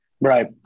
Right